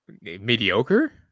mediocre